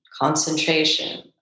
concentration